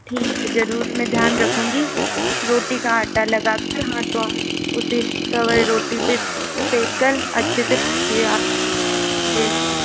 ठीक है ज़रूर मैं ध्यान रखूंगी रोटी का आटा लगाकर हाथों हाथ उसे तवे रोटी पर सेंक कर अच्छे से पकी हुई आपको भेज दूंगी